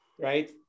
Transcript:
right